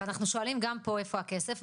ואנחנו שואלים גם פה איפה הכסף,